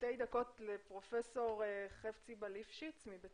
אני מתנצלת בפני מי שביקש